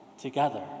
together